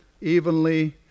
evenly